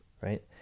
right